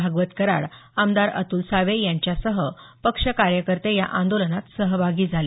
भागवत कराड आमदार अतुल सावे यांच्यासह पक्ष कार्यकर्ते या आंदोलनात सहभागी झाले